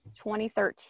2013